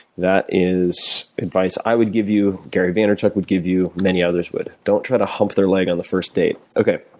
that is advice i would give you gary vaynerchuck would give you, many others would. don't try to hump their leg on the first date. okay.